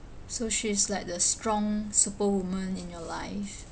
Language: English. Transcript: so she's like the strong superwoman in your life